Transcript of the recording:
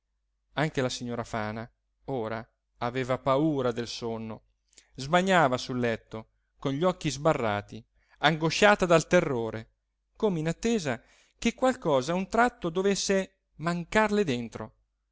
anche la signora fana ora aveva paura del sonno smaniava sul letto con gli occhi sbarrati angosciata dal terrore come in attesa che qualcosa a un tratto dovesse mancarle dentro